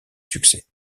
succès